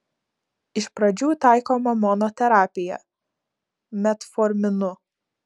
iš pradžių taikoma monoterapija metforminu